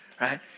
right